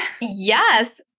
Yes